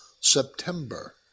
September